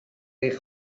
eich